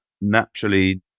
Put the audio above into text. naturally